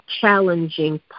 challenging